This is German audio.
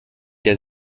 der